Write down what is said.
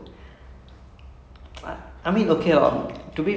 but he's good looking lah